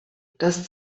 das